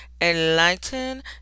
enlighten